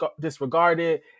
disregarded